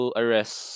arrest